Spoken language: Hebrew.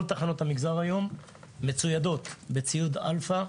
כל תחנות המגזר היום מצוידות בציוד אלפ"ה,